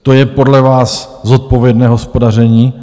To je podle vás zodpovědné hospodaření?